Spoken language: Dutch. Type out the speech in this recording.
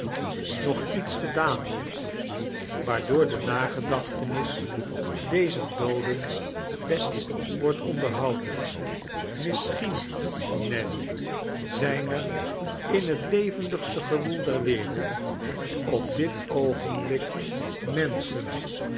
nelly lets gedaan wordt waardoor de nagedachtenis dezer dooden best wordt onderhouden misschien nelly zijn er in het levendigste gewoel der wereld op dit oogenblik menschen